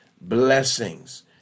blessings